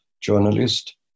journalist